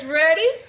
ready